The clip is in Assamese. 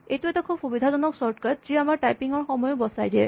এইটো এটা খুৱ সুবিধাজনক চৰ্টকাট যি আমাৰ টাইপিং ৰ সময়ো বচায় দিয়ে